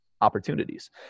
Opportunities